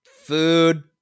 food